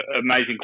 amazing